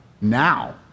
Now